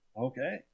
Okay